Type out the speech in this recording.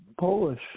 Polish